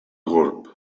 gurb